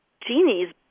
genies